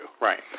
Right